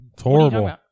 Horrible